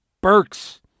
Burks